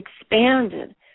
expanded